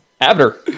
Avatar